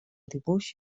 dibuix